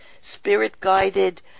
Spirit-Guided